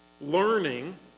Learning